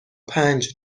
پنج